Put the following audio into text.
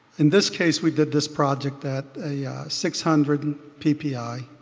in this case, we did this project at a six hundred and ppi ppi